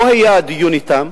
לא היה דיון אתם,